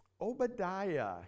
Obadiah